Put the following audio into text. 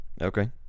Okay